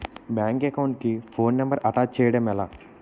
Bank account కి phone number attach చేయడం ఎలా?